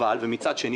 מצד שני,